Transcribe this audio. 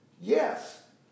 yes